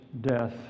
death